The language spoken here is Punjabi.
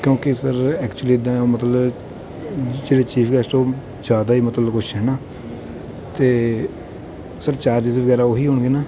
ਕਿਉਕਿ ਸਰ ਐਕਚੁਲੀ ਇੱਦਾਂ ਹੈ ਮਤਲਬ ਜਿਹੜੇ ਚੀਫ਼ ਗੈਸਟ ਉਹ ਜ਼ਿਆਦਾ ਹੀ ਮਤਲਬ ਕੁਛ ਹੈ ਨਾ ਅਤੇ ਸਰ ਚਾਰਜਿਸ ਵਗੈਰਾ ਉਹੀ ਹੋਣਗੇ ਨਾ